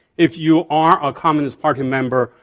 if you are a communist party member,